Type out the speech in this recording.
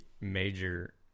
major